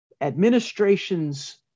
administration's